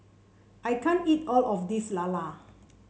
I can't eat all of this lala